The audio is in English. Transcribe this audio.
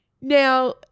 Now